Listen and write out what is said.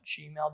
gmail